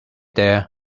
there